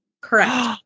Correct